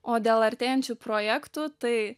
o dėl artėjančių projektų tai